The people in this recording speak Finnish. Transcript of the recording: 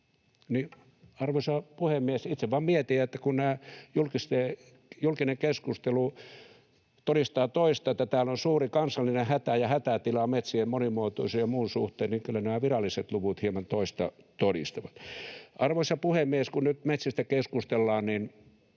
Arvoisa puhemies, itse vain mietin, että kun tämä julkinen keskustelu todistaa toista, että täällä on suuri kansallinen hätä ja hätätila metsien monimuotoisuuden ja muun suhteen, niin kyllä nämä viralliset luvut hieman toista todistavat. Arvoisa puhemies! Kun nyt metsistä keskustellaan, niin